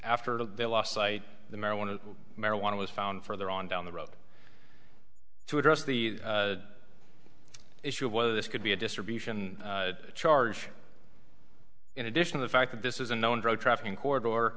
after they lost sight the marijuana marijuana was found further on down the road to address the issue of whether this could be a distribution charge in addition the fact that this is a known drug trafficking co